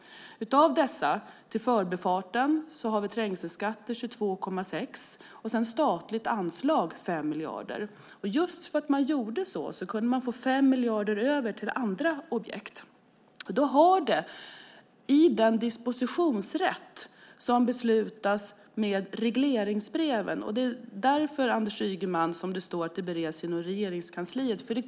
Av dessa pengar har vi till Förbifarten trängselskatter på 22,6 miljarder och sedan ett statligt anslag på 5 miljarder. Just för att man gjorde så kunde man få 5 miljarder över till andra objekt. Det fattas beslut om dispositionsrätten i anslutning till regleringsbreven. Det är därför som det, Anders Ygeman, står att detta bereds inom Regeringskansliet.